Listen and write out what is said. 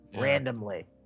Randomly